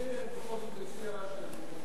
אני בכל אופן מציע שנמשיך